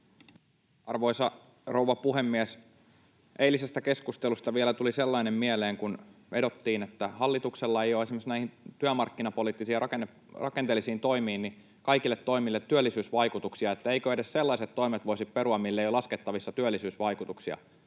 Arvoisa rouva puhemies! Tuli vielä sellainen mieleen eilisestä keskustelusta, jossa vedottiin, että kun hallituksella ei ole esimerkiksi näihin työmarkkinapoliittisiin ja rakenteellisiin toimiin kaikille toimille työllisyysvaikutuksia, niin eikö edes sellaiset toimet voisi perua, mille ei ole laskettavissa työllisyysvaikutuksia